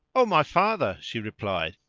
o my father, she replied,